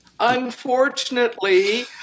Unfortunately